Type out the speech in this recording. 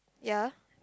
ya